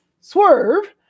Swerve